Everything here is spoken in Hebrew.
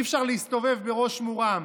אי-אפשר להסתובב בראש מורם.